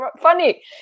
funny